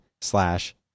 slash